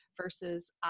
versus